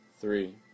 three